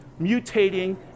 mutating